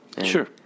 Sure